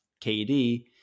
kd